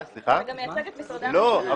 לא.